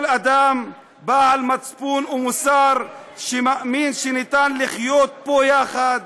כל אדם בעל מצפון ומוסר שמאמין שניתן לחיות פה יחד,